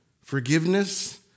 Forgiveness